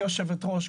גברתי היושבת-ראש,